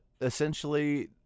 essentially